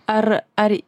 ar ar